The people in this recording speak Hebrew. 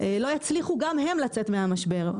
לא יצליחו גם הם לצאת מהמשבר.